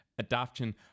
adaption